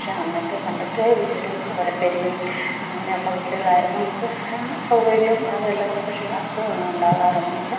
പക്ഷേ അന്നത്തെ പണ്ടത്തെ വീടും ഓലപ്പുരയും അങ്ങനെയുള്ള വീടുകളായിരുന്നു നമ്മൾക്ക് സൗകര്യം അതുമല്ല നമ്മൾക്ക് ക്ഷീണം അസുഖമൊന്നും ഉണ്ടാകാറൊന്നുമില്ല